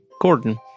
Gordon